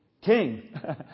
king